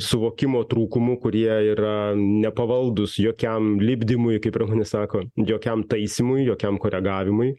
suvokimo trūkumų kurie yra nepavaldūs jokiam lipdymui kaip ir vieni sako jokiam taisymui jokiam koregavimui